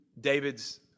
David's